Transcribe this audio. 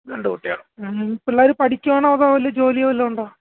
രണ്ട് കുട്ടികൾ പിള്ളേർ പഠിക്കുവാണോ അതോ വല്ല ജോലിയോ വല്ലതും ഉണ്ടോ